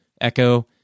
Echo